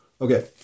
Okay